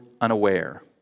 unaware